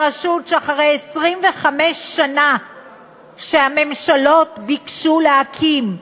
הרשות שאחרי 25 שנה שהממשלות ביקשו להקים,